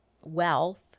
wealth